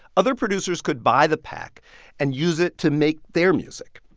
other producers could buy the pack and use it to make their music.